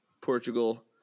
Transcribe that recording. Portugal